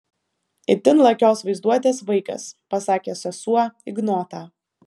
itin lakios vaizduotės vaikas pasakė sesuo ignotą